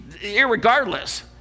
irregardless